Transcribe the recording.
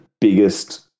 biggest